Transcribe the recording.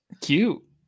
Cute